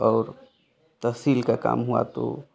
और तहसील का काम हुआ तो